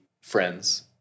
friends